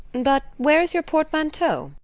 but where is your portmanteau?